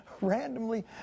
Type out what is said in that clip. randomly